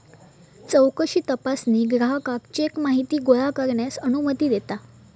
चौकशी तपासणी ग्राहकाक चेक माहिती गोळा करण्यास अनुमती देता